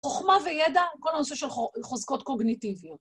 חוכמה וידע, כל הנושא של חוזקות קוגניטיביות.